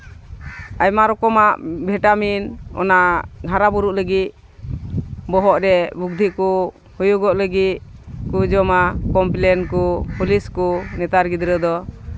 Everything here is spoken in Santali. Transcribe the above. ᱟᱭᱢᱟ ᱨᱚᱠᱚᱢᱟᱜ ᱵᱷᱤᱴᱟᱢᱤᱱ ᱚᱱᱟ ᱦᱟᱨᱟᱼᱵᱩᱨᱩᱜ ᱞᱟᱹᱜᱤᱫ ᱵᱚᱦᱚᱜ ᱨᱮ ᱵᱩᱫᱽᱫᱷᱤ ᱠᱚ ᱦᱩᱭᱩᱜᱚᱜ ᱞᱟᱹᱜᱤᱫ ᱠᱚ ᱡᱚᱢᱟ ᱠᱚᱢᱯᱞᱮᱱ ᱠᱚ ᱦᱚᱨᱞᱤᱠᱥ ᱠᱚ ᱱᱮᱛᱟᱨ ᱜᱤᱫᱽᱨᱟᱹ ᱫᱚ